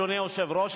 אדוני היושב-ראש,